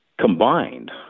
Combined